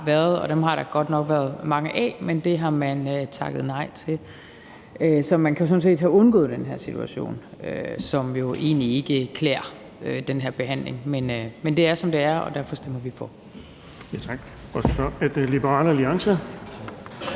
været, og dem har der godt nok været mange af. Men det har man takket nej til. Så man kunne sådan set have undgået den her situation, som jo egentlig ikke klæder den her behandling. Men det er, som det er, og derfor stemmer vi for. Kl. 14:29 Den fg. formand